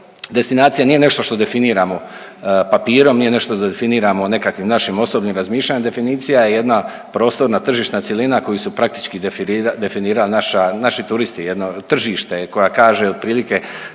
Destinacija nije nešto što definiramo papirom, nije nešto da definiramo nekakvim našim osobnim razmišljanjem, definicija je jedna prostorna, tržišna cjelina koju su praktički definirali naši turisti, jedno, tržište koja kaže otprilike